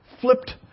flipped